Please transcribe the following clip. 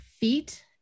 feet